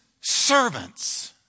servants